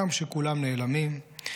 גם כשכולם נעלמים,